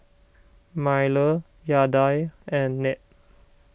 Myrle Yadiel and Ned